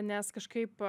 nes kažkaip